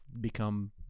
become